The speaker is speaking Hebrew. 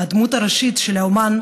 הדמות הראשית שלה, האומן,